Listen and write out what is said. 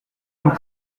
nous